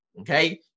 Okay